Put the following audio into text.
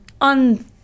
on